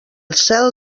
cel